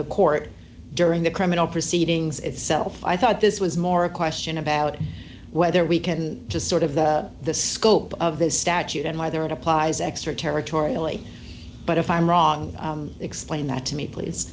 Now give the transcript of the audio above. the court during the criminal proceedings itself i thought this was more a question about whether we can just sort of the the scope of this statute and why there it applies extra territorially but if i'm wrong explain that to me please